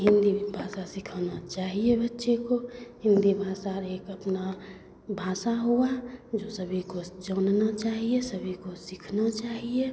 हिन्दी भाषा सिखाना चाहिए बच्चे को हिन्दी भाषा हर एक अपना भाषा हुआ जो सभी को जानना चाहिए सभी को सीखना चाहिए